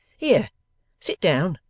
here sit down,